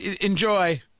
enjoy